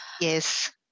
Yes